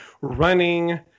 running